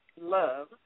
love